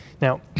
Now